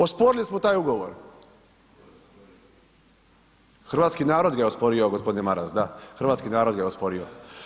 Osporili smo taj ugovor. … [[Upadica sa strane, ne razumije se.]] Hrvatski narod ga je osporio, g. Maras, da, hrvatski narod ga je osporio.